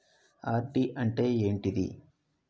RD అంటే ఏంటిది?